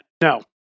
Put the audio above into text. No